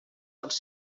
els